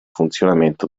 funzionamento